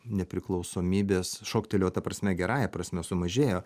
nepriklausomybės šoktelėjo ta prasme gerąja prasme sumažėjo